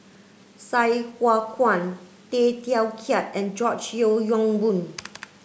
Sai Hua Kuan Tay Teow Kiat and George Yeo Yong Boon